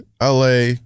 LA